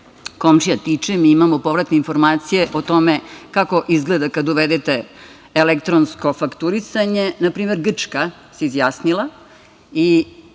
komšija tiče, mi imamo povratne informacije o tome kako izgleda kada uvedete elektronsko fakturisanje. Na primer, Grčka se izjasnila i